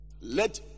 Let